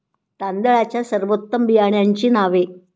तांदळाच्या सर्वोत्तम बियाण्यांची नावे?